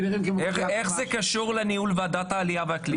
איך זה קשור לניהול ועדת העלייה והקליטה?